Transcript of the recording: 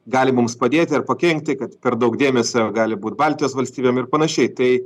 gali mums padėti ar pakenkti kad per daug dėmesio gali būt baltijos valstybėm ir panašiai tai